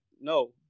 No